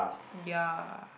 ya